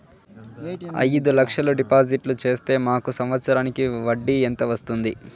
అయిదు లక్షలు డిపాజిట్లు సేస్తే మాకు సంవత్సరానికి వడ్డీ ఎంత వస్తుంది?